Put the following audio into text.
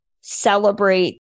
celebrate